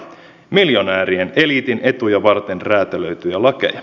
miljonäärien eliitin etuja varten räätälöityjä lakeja